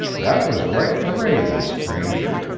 that was right courageous, stranger.